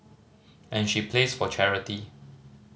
and she plays for charity